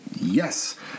Yes